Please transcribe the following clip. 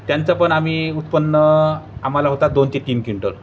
त्यांचं पण आम्ही उत्पन्न आम्हाला होतात दोन ते तीन क्विंटल